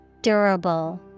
Durable